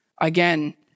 Again